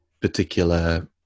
particular